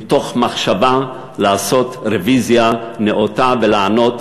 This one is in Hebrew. מתוך מחשבה לעשות רוויזיה נאותה ולענות